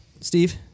Steve